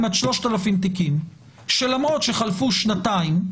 עד 3,000 תיקים שלמרות שחלפו שנתיים,